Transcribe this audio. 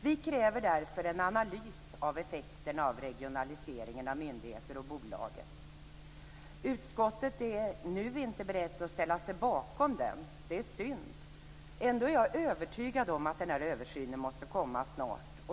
Vi kräver därför en analys av effekterna av regionaliseringen av myndigheterna och bolagen. Utskottet är nu inte berett att ställa sig bakom en analys. Det är synd. Ändå är jag övertygad om att en översyn måste göras snart.